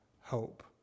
hope